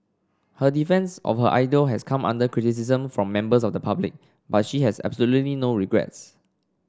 her defence of her idol has come under criticism from members of the public but she has absolutely no regrets